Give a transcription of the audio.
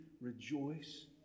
rejoice